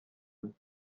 eux